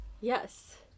Yes